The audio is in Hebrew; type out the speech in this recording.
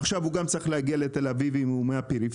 עכשיו הוא גם צריך להגיע לתל אביב אם הוא מהפריפריה.